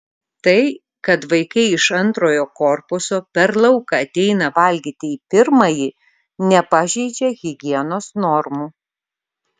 tai kad vaikai iš antrojo korpuso per lauką ateina valgyti į pirmąjį nepažeidžia higienos normų